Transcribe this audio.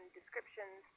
descriptions